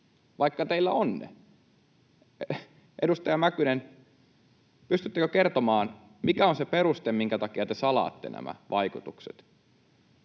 vaikka teillä on ne. Edustaja Mäkynen, pystyttekö kertomaan, mikä on se peruste, minkä takia te salaatte nämä vaikutukset?